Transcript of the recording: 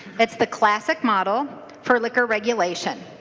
it's the classic model for liquor regulation.